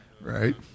Right